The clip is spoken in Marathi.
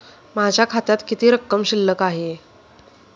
माझ्या खात्यात किती रक्कम शिल्लक आहे?